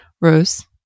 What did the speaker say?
Rose